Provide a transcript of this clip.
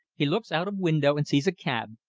he looks out of window and sees a cab,